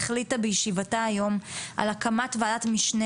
החליטה בישיבתה היום על הקמת ועדת משנה